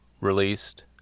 released